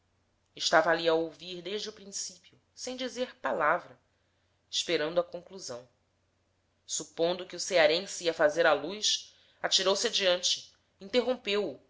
estava ali a ouvir desde o principio sem dizer palavra esperando a conclusão supondo que o cearense ia fazer a luz atirou-se adiante interrompeu-o